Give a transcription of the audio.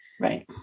right